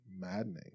maddening